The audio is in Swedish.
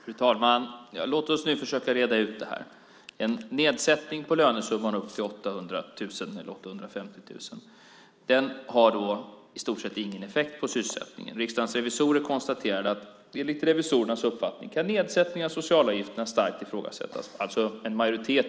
Fru talman! Låt oss nu försöka reda ut det här! En nedsättning på lönesumman upp till 800 000 eller 850 000 har i stort sett ingen effekt på sysselsättningen. Enligt Riksdagens revisorers uppfattning kan nedsättningen av socialavgifterna starkt ifrågasättas - en majoritet i riksdagen ansåg alltså det.